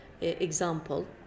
example